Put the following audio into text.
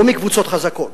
לא מקבוצות חזקות.